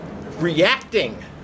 reacting